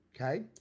okay